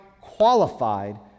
qualified